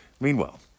Meanwhile